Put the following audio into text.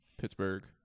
Pittsburgh